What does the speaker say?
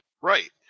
Right